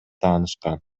таанышкан